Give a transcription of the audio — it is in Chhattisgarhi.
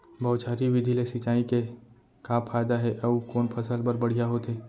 बौछारी विधि ले सिंचाई के का फायदा हे अऊ कोन फसल बर बढ़िया होथे?